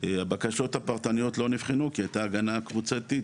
הבקשות הפרטניות לא נבחנו כי הייתה הגנה קבוצתית,